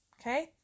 Okay